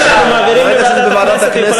ברגע שאנחנו מעבירים לוועדת הכנסת,